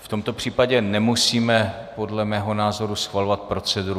V tomto případě nemusíme, podle mého názoru, schvalovat proceduru.